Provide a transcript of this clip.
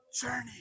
journey